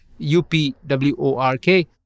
upwork